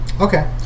Okay